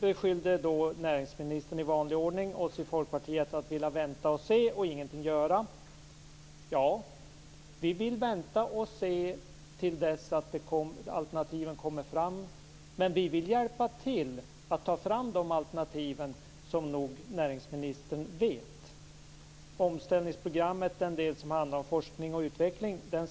beskyllde näringsministern i vanlig ordning oss i Folkpartiet för att vilja vänta och se och ingenting göra. Ja, vi vill vänta och se till dess att alternativen kommer fram. Men vi vill hjälpa till att ta fram de alternativen, såsom näringsministern nog vet. Vi stöder den del av omställningsprogrammet som handlar om forskning och utveckling.